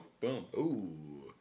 boom